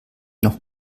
noch